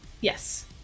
Yes